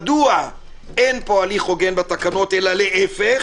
מדוע אין פה הליך הוגן בתקנות אלא להפך